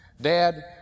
Dad